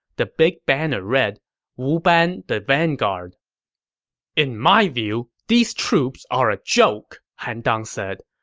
the big banner read wu ban the vanguard in my view, these troops are a joke, han dang said.